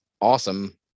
awesome